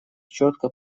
четко